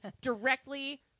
directly